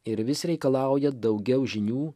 ir vis reikalauja daugiau žinių